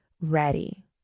ready